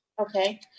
Okay